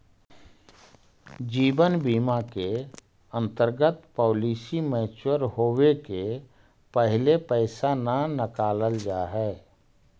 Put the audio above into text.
जीवन बीमा के अंतर्गत पॉलिसी मैच्योर होवे के पहिले पैसा न नकालल जाऽ हई